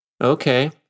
Okay